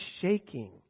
shaking